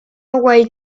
away